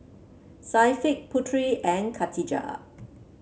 Syafiq Putri and Katijah